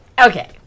Okay